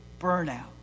burnout